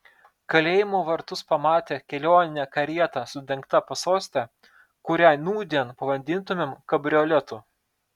kalėjimo vartus pamatė kelioninę karietą su dengta pasoste kurią nūdien pavadintumėm kabrioletu